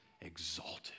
exalted